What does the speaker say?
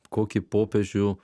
kokį popiežių